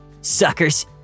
Suckers